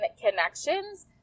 connections